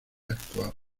actuar